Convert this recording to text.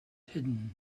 hidden